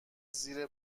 زیر